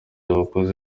abakozi